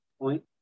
point